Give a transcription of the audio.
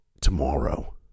tomorrow